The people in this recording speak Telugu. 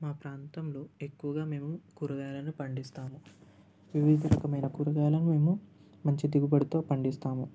మా ప్రాంతంలో ఎక్కువగా మేము కూరగాయలను పండిస్తాము వివిధ రకమైన కూరగాయలను మేము మంచి దిగుబడితో పండిస్తాము